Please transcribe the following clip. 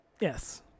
Yes